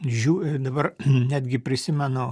žiū ir dabar netgi prisimenu